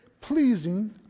pleasing